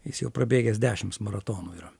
jis jau prabėgęs dešims maratonų yra